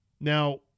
Now